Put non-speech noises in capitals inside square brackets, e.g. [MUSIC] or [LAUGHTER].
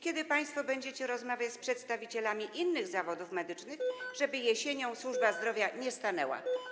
Kiedy państwo będziecie rozmawiać z przedstawicielami innych zawodów medycznych, [NOISE] żeby jesienią służba zdrowia nie stanęła?